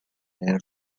leer